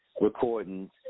recording